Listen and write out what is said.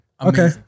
Okay